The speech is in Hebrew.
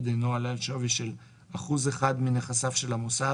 אינו עולה על שווי של 1% מנכסיו של המוסד,